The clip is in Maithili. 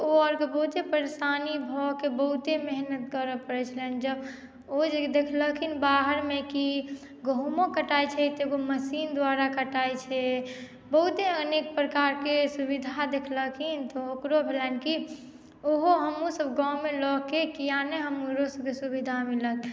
तऽ ओ आरके बहुते परेशानी भऽके बहुते मेहनत करऽ परै छलनि ओ जे देखलखिन बाहरमे की गहूॅंमो कटाय छै तऽ एगो मशीन द्वारा कटाइ छै बहुते अनेक प्रकारके सुविधा देखलखिन तऽ ओकरो भेलनि की ओहो हमहुँ सभ गाॅंवमे लऽ के किया नहि हमरो सभके सुविधा मिलत